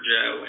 Joe